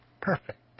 perfect